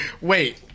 Wait